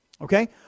okay